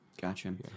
gotcha